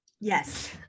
Yes